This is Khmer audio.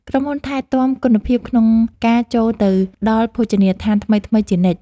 ក្រុមហ៊ុនថែទាំគុណភាពក្នុងការចូលទៅដល់ភោជនីយដ្ឋានថ្មីៗជានិច្ច។